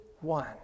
one